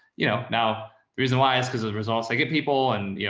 you know, now the reason why is because of the results i get people and you